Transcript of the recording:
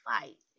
fight